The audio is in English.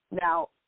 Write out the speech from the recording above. Now